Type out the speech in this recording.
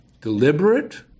Deliberate